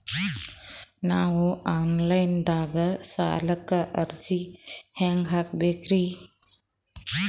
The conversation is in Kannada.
ನಾವು ಆನ್ ಲೈನ್ ದಾಗ ಸಾಲಕ್ಕ ಅರ್ಜಿ ಹೆಂಗ ಹಾಕಬೇಕ್ರಿ?